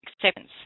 acceptance